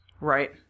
right